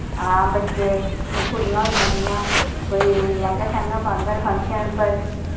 हां बच्चे कुड़ियां होइयां जि'यां कोई लैह्ंगा शैह्ंगा पांङन फंक्शन पर